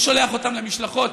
הוא שולח אותם למשלחות.